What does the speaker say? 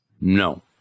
no